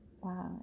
wow